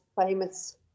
famous